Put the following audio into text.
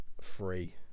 free